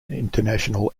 international